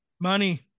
Money